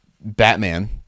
Batman